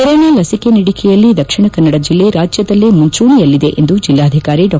corona ಲಸಿಕೆ ನೀಡಿಕೆಯಲ್ಲಿ ದಕ್ಷಿಣ ಕನ್ನಡ ಜಿಲ್ಲೆ ರಾಜ್ಯದಲ್ಲೇ ಮುಂಚೂಣಿಯಲ್ಲಿದೆ ಎಂದು ಜಿಲ್ಲಾಧಿಕಾರಿ ಡಾ